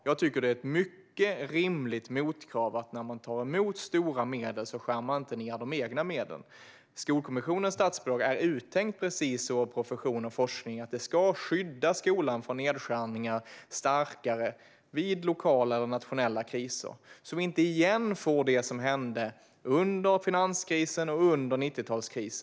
Jag tycker att det är ett mycket rimligt motkrav att man, när man tar emot stora medel, inte skär ned de egna medlen. Skolkommissionens statsbidrag är uttänkt precis så av profession och forskning. Det ska ge skolan ett starkare skydd mot nedskärningar vid lokala och nationella kriser, så att vi inte råkar ut för det som hände under finanskrisen och under 90talskrisen.